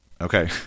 Okay